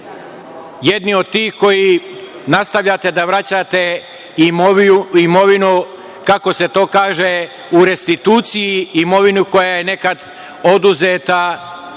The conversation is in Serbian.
jedni od tih koji nastavljate da vraćate imovinu, kako se to kaže, u restituciji, imovinu koja je nekad oduzeta